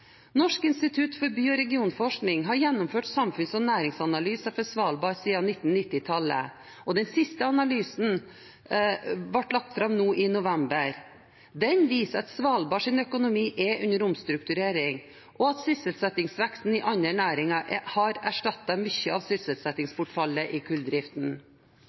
Norsk institutt for by- og regionforskning har gjennomført samfunns- og næringsanalyser for Svalbard siden 1990-tallet. Den siste analysen ble lagt fram nå i november og viser at Svalbards økonomi er under omstrukturering, og at sysselsettingsveksten i andre næringer har erstattet mye av sysselsettingsbortfallet i kulldriften.